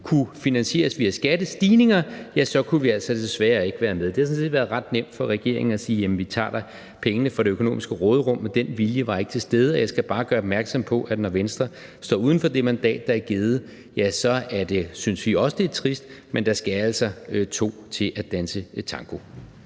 kunne finansieres uden skattestigninger, kunne vi altså desværre ikke være med. Det havde sådan set været ret nemt for regeringen at sige, at jamen vi tager pengene fra det økonomiske råderum, men den vilje var ikke til stede. Jeg skal bare gøre opmærksom på, at når Venstre står uden for det mandat, der er givet, ja, så er det, synes vi også, lidt trist, men der skal altså to til at danse tango.